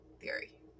theory